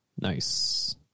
Nice